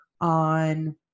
on